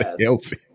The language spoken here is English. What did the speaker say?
healthy